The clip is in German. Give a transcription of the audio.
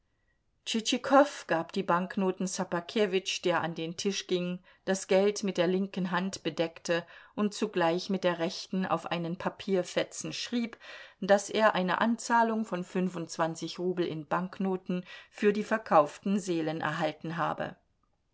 gab die banknoten ssobakewitsch der an den tisch ging das geld mit der linken hand bedeckte und zugleich mit der rechten auf einen papierfetzen schrieb daß er eine anzahlung von fünfundzwanzig rubel in banknoten für die verkauften seelen erhalten habe